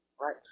right